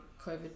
COVID